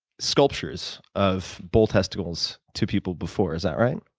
sculptures of bull testicles to people before, is that right?